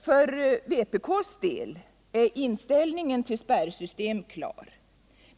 För vpk:s del är inställningen till spärrsystem klar.